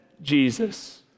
Jesus